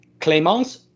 Clémence